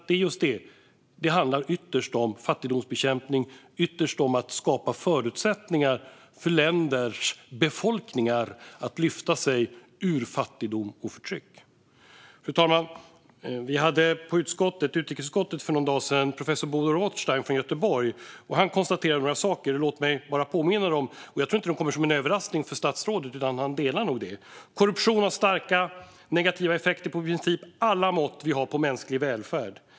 Det handlar nämligen ytterst om fattigdomsbekämpning och om att skapa förutsättningar för länders befolkningar att lyfta sig ur fattigdom och förtryck. Fru talman! Vi hade i utrikesutskottet för någon dag sedan besök av professor Bo Rothstein från Göteborg. Han konstaterade några saker, som jag vill påminna om - jag tror inte att de kommer som någon överraskning för statsrådet, utan han delar nog detta: Korruption har starka negativa effekter på i princip alla mått vi har på mänsklig välfärd.